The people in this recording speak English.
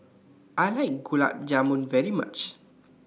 I like Gulab Jamun very much